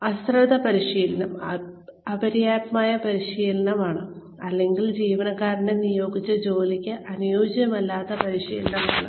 അശ്രദ്ധ പരിശീലനം അപര്യാപ്തമായ പരിശീലനമാണ് അല്ലെങ്കിൽ ജീവനക്കാരനെ നിയോഗിച്ച ജോലിക്ക് അനുയോജ്യമല്ലാത്ത പരിശീലനമാണ്